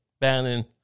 Bannon